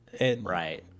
Right